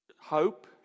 hope